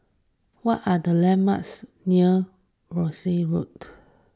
what are the landmarks near Worcester Road